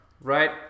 right